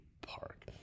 Park